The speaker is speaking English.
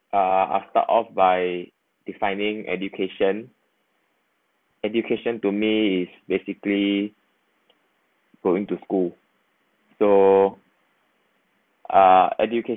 uh I start off by defining education education to me is basically going to school so uh education